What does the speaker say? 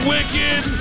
Wicked